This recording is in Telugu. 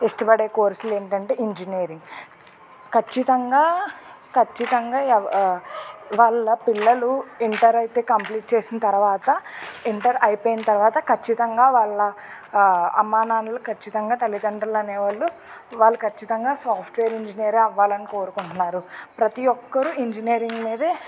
ఇష్టపడే కోర్సులు ఏమిటంటే ఇంజినీరింగ్ ఖచ్చితంగా ఖచ్చితంగా వాళ్ళ పిల్లలు ఇంటర్ అయితే కంప్లీట్ చేసిన తర్వాత ఇంటర్ అయిపోయిన తర్వాత ఖచ్చితంగా వాళ్ళ అమ్మా నాన్నలు ఖచ్చితంగా తల్లిదండ్రులు అనేవాళ్ళు వాళ్ళు ఖచ్చితంగా సాఫ్ట్వేర్ ఇంజనీరే అవ్వాలని కోరుకుంటున్నారు ప్రతి ఒక్కరూ ఇంజనీరింగ్ మీదే